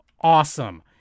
awesome